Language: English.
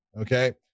Okay